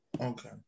Okay